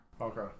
Okay